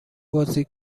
بازی